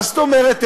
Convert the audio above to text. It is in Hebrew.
מה זאת אומרת?